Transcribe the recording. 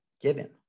given